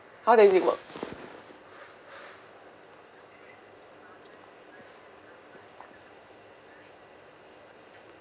how does it work